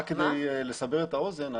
רק כדי לסבר את האוזן,